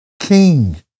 king